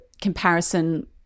comparison